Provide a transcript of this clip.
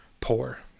poor